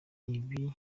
ibi